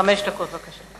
חמש דקות, בבקשה.